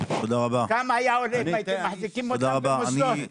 הייתם מחזיקים אותם במוסדות.